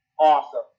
awesome